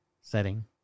setting